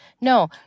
no